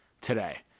today